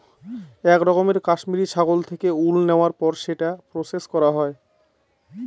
এক রকমের কাশ্মিরী ছাগল থেকে উল নেওয়ার পর সেটা প্রসেস করা হয়